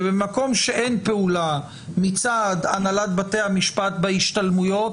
ובמקום שאין פעולה מצד הנהלת בתי המשפט בהשתלמויות,